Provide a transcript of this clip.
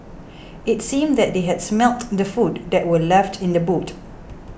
it seemed that they had smelt the food that were left in the boot